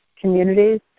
communities